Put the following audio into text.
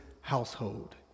household